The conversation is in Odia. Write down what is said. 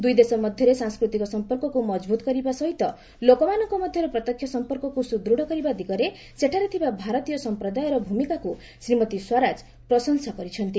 ଦୂଇ ଦେଶ ମଧ୍ୟରେ ସାଂସ୍କୃତିକ ସମ୍ପର୍କକୁ ମଜବୁତ୍ କରିବା ସହିତ ଲୋକମାନଙ୍କ ମଧ୍ୟରେ ପ୍ରତ୍ୟକ୍ଷ ସମ୍ପର୍କକୁ ସ୍ବଦୃତ୍ କରିବା ଦିଗରେ ସେଠାରେ ଥିବା ଭାରତୀୟ ସମ୍ପ୍ରଦାୟର ଭୂମିକାକୁ ଶ୍ରୀମତୀ ସ୍ୱରାଜ ପ୍ରଶଂସା କରିଛନ୍ତି